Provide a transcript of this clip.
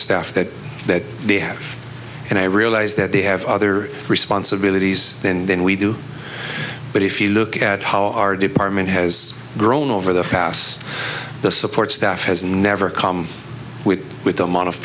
staff that that they have and i realize that they have other responsibilities than than we do but if you look at how our department has grown over the pass the support staff has never come with the amount of